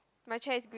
my chair is green